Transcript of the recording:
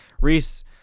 Reese